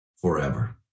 forever